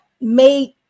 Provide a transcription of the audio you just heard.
made